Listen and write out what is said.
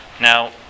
Now